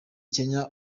kenya